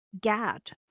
GAD